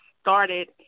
started